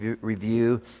review